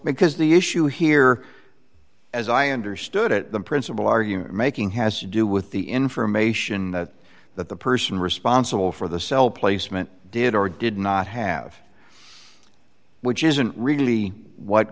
because the issue here as i understood it the principal argument making has to do with the information that that the person responsible for the cell placement did or did not have which isn't really what